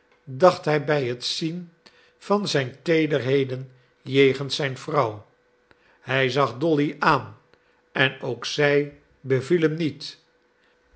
dacht hij bij het zien van zijn teederheden jegens zijn vrouw hij zag dolly aan en ook zij beviel hem niet